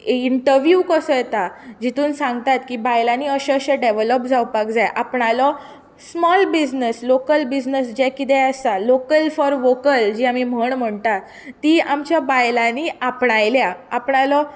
interview कसो येता जितूंत सांगतात की बायलांनी अशें अशें डेव्हेलाॅप जावपाक जाय आपणालो स्माॅल बिजनेस लोकल बिजनेस जो आसा लोकल फाॅर वाॅकल जी आमी म्हण म्हणटा ती आमच्या बायलांनी आपणायल्या आपणालो